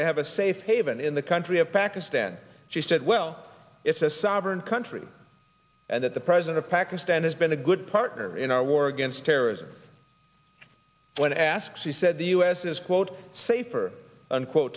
to have a safe haven in the country of pakistan she said well it's a sovereign country and that the president of pakistan has been a good partner in our war against terrorism when asked she said the u s is quote safer unquote